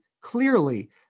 clearly